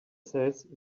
says